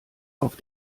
auf